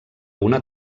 una